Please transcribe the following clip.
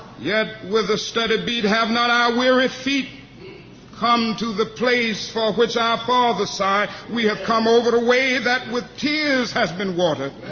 yet with a steady beat, have not our weary feet come to the place for which our ah fathers sighed? we have come over a way that with tears has been watered.